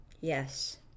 yes